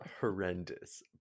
horrendous